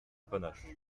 panache